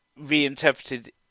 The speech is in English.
reinterpreted